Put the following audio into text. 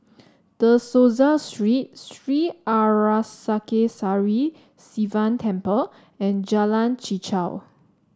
De Souza Street Sri Arasakesari Sivan Temple and Jalan Chichau